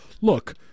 Look